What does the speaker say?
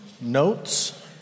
notes